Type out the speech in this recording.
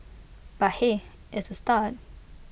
but hey it's A start